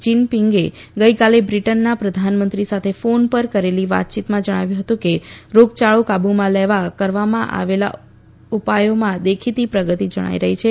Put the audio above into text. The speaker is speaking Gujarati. જીનપીંગે ગઇકાલે બ્રીટનના પ્રધાનમંત્રી સાથે ફોન પર કરેલી વાતચીતમાં જણાવ્યું હતું કે રોગયાળો કાબુમાં લેવા કરવામાં આવેલા ઉપાયોમાં દેખીતી પ્રગતિ જણાઇ રહી છે